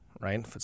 right